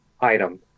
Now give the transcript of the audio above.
item